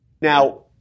now